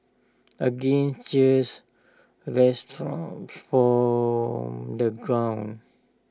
again cheers resounded from the crowd